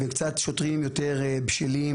וקצת שוטרים יותר בשלים,